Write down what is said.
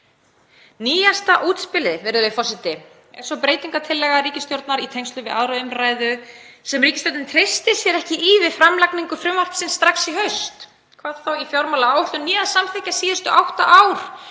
Nýjasta útspilið er svo breytingartillaga ríkisstjórnar í tengslum við 2. umr. sem ríkisstjórnin treysti sér ekki í við framlagningu frumvarpsins strax í haust, hvað þá í fjármálaáætlun, né að samþykkja síðustu átta ár